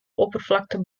oppervlakte